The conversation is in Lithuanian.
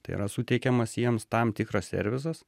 tai yra suteikiamas jiems tam tikras servizas